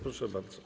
Proszę bardzo.